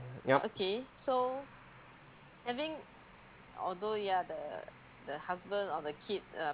yup